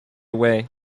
away